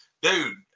dude